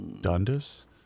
Dundas